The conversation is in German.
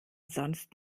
sonst